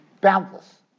boundless